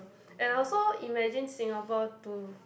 and I also imagine Singapore to